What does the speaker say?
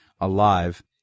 alive